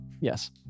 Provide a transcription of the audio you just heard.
Yes